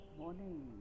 Morning